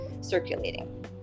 circulating